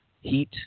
heat